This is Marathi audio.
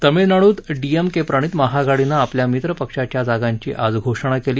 तामिळनाडूत डीएमके प्रणित महाआघाडीनं आपल्या मित्र पक्षांच्या जागांची आज घोषणा केली